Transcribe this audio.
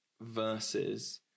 versus